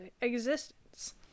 existence